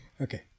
Okay